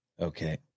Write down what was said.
Okay